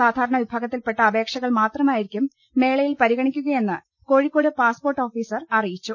സാധാരണവി ഭാഗത്തിൽപെട്ട അപേക്ഷകൾ മാത്രമായിരിക്കും മേളയിൽ പരി ഗണിക്കുകയെന്ന് കോഴിക്കോട് പാസ്പോർട്ട് ഓഫീസർ അറി യിച്ചു